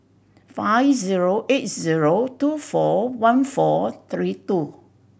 five zero eight zero two four one four three two